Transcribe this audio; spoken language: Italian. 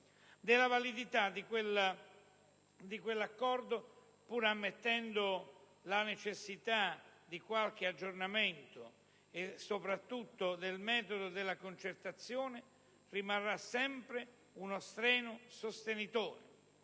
Della validità di quell'accordo, pur ammettendo la necessità di qualche aggiornamento, e soprattutto del metodo della concertazione, rimarrà sempre uno strenuo sostenitore.